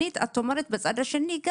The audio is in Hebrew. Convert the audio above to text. שנית, את אומרת מצד שני,